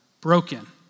broken